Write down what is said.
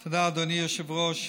תודה, אדוני היושב-ראש,